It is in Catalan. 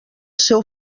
seu